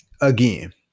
again